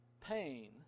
pain